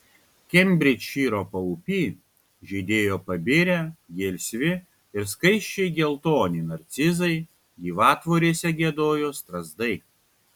kembridžšyro paupy žydėjo pabirę gelsvi ir skaisčiai geltoni narcizai gyvatvorėse giedojo strazdai